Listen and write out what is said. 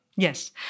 Yes